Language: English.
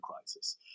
crisis